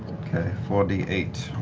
okay, four d eight.